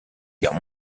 guerre